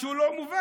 משהו לא מובן.